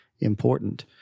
important